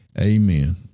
Amen